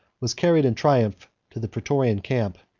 was carried in triumph to the praetorian camp,